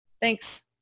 Thanks